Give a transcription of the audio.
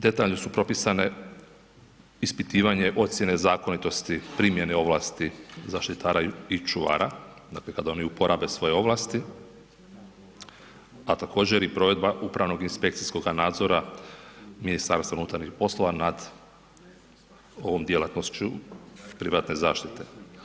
Detaljno su propisane ispitivanje ocjene zakonitosti primjene ovlasti zaštitara i čuvara, dakle kad oni uporabe svoje ovlasti, a također, i provedba upravnog inspekcijskoga nadzora MUP-a nad ovom djelatnošću privatne zaštite.